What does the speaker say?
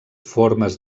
formes